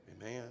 Amen